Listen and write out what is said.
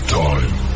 time